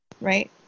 right